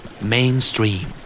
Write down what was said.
Mainstream